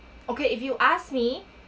okay if you ask me